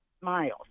miles